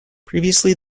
previously